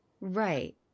Right